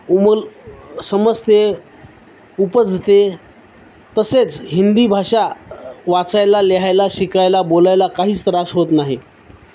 उमल समजते उपजते तसेच हिंदी भाषा वाचायला लिहायला शिकायला बोलायला काहीच त्रास होत नाही